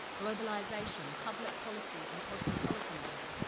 globalization, public policy and cosmopolitanism.